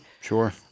sure